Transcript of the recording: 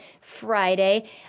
Friday